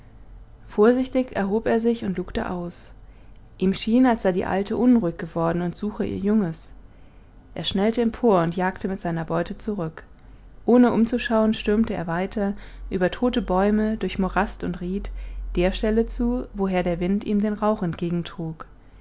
vorsichtig erhob er sich und lugte aus ihm schien als sei die alte unruhig geworden und suche ihr junges er schnellte empor und jagte mit seiner beute zurück ohne umzuschauen stürmte er weiter über tote bäume durch morast und ried der stelle zu woher der wind ihm den rauch